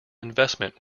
investment